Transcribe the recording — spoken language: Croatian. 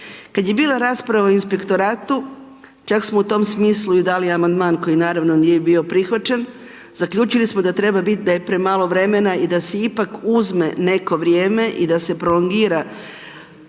kada je bila rasprava o inspektoratu, čak smo u tom smislu i dali amandman koji naravno nije bilo prihvaćen, zaključili smo da je premalo vremena i da se ipak uzme neko vrijeme i da se prolongira